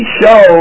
show